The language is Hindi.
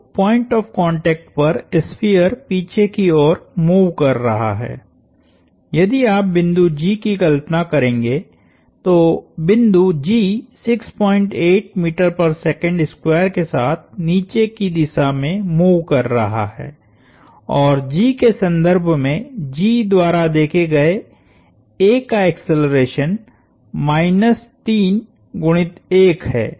तो पॉइंट ऑफ़ कांटेक्ट पर स्फीयर पीछे की ओर मूव कर रहा है यदि आप बिंदु G की कल्पना करेंगे तो बिंदु Gके साथ नीचे की दिशा में मूव कर रहा है और G के सन्दर्भ में G द्वारा देखे गए A का एक्सेलरेशन माइनस 3 गुणित 1 है